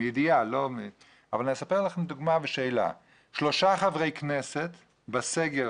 אבל גם קרה למשל ששלושה חברי כנסת עוכבו בסגר